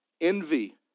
envy